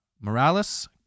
Morales